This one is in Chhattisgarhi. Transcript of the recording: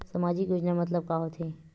सामजिक योजना मतलब का होथे?